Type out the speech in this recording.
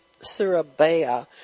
Surabaya